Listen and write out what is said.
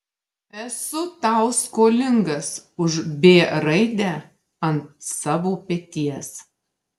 esu tau skolingas už b raidę ant savo peties